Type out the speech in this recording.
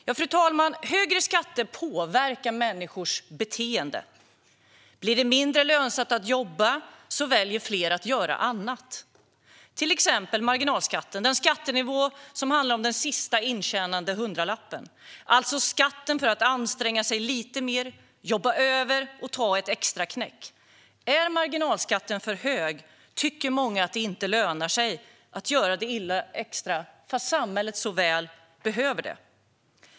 Fru talman! Högre skatter påverkar människors beteende. Blir det mindre lönsamt att jobba väljer fler att göra annat. Det gäller till exempel marginalskatten, den skattenivå som handlar om den sista intjänade hundralappen. Det är skatten för att anstränga sig lite mer, jobba över och ta ett extraknäck. Är marginalskatten för hög tycker många att det inte lönar sig att göra det lilla extra fastän samhället så väl behöver det.